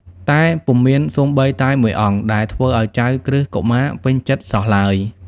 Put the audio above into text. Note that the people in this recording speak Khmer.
តែពុំមានសូម្បីតែមួយអង្គដែលធ្វើឱ្យចៅក្រឹស្នកុមារពេញចិត្តសោះឡើយ។